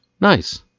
Nice